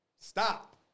stop